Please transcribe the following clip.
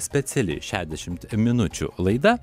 speciali šešiasdešimt minučių laida